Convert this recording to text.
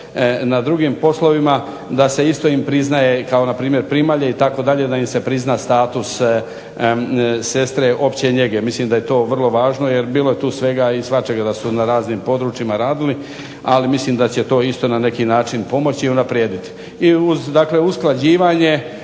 na drugim poslovima, da se isto im priznaje kao npr. primalje itd., da im se prizna status sestre opće njege, mislim da je to vrlo važno, jer bilo je tu svega i svačega, da su na raznim područjima radili, ali mislim da će to isto na neki način pomoći i unaprijediti.